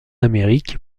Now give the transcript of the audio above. amérique